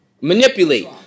Manipulate